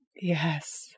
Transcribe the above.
Yes